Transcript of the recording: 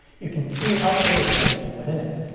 you can speed up data transmission within it.